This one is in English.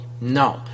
No